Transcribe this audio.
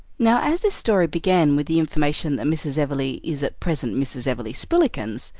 now as this story began with the information that mrs. everleigh is at present mrs. everleigh-spillikins,